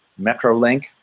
Metrolink